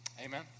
Amen